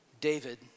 David